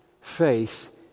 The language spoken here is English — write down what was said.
faith